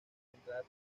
encontrar